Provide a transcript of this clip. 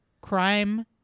crime